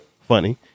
funny